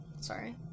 Sorry